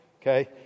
Okay